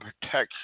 protection